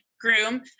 groom